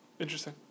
Interesting